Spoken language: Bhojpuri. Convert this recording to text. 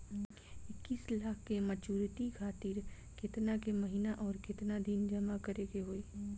इक्कीस लाख के मचुरिती खातिर केतना के महीना आउरकेतना दिन जमा करे के होई?